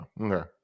Okay